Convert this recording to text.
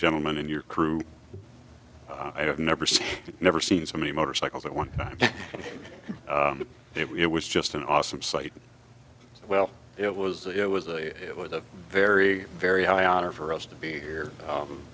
gentlemen in your crew i have never seen never seen so many motorcycles at one time it was just an awesome sight well it was it was a it was a very very high honor for us to be here